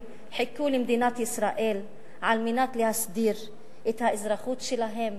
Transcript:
חיכו למדינת ישראל על מנת להסדיר את האזרחות שלהם